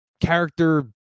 character